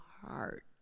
heart